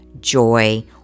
joy